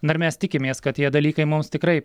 na ir mes tikimės kad tie dalykai mums tikrai